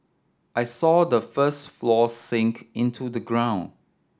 I saw the first floor sink into the ground